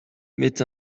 met